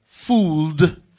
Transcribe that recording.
fooled